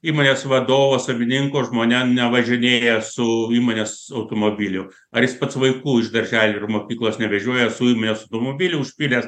įmonės vadovas savininko žmona nevažinėja su įmonės automobiliu ar jis pats vaikų iš darželio ir mokyklos nevežioja su įmonės automobiliu užpylęs